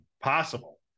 possible